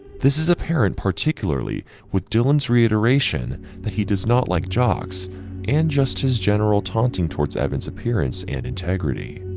this is apparent particularly with dylan's reiteration that he does not like jocks and just as general taunting towards evans appearance and integrity.